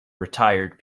retired